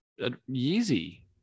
Yeezy